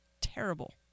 terrible